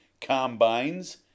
combines